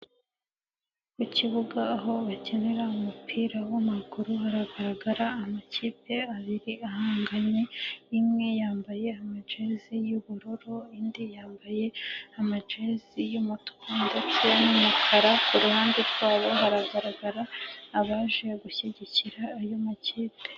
Ku kibuga aho bakinira umupira w'amaguru haragaragara amakipe abiri ahanganye, imwe yambaye amajezi y'ubururu, indi yambaye amajezi y'umutwe ndetse n'umukara, ku ruhande rwabo haragaragara abaje gushyigikira ayo makipe.